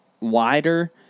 wider